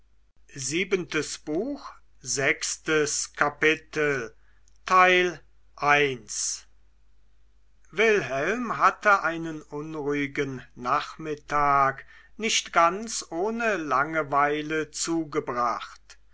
wilhelm hatte einen unruhigen nachmittag nicht ganz ohne langeweile zugebracht